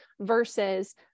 versus